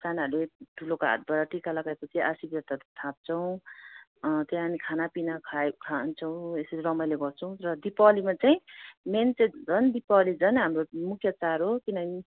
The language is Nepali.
सानाहरूले ठुलोको हातबाट टिका लगाएपछि आशीर्वादहरू थाप्छौँ त्यहाँदेखि खानापिना खान्छौँ यसरी रमाइलो गर्छौँ र दिपावलीमा चाहिँ मेन चाहिँ झन् दिपावली झन् हाम्रो मुख्य चाड हो किनभने